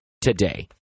today